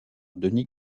denis